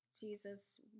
Jesus